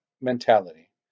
mentality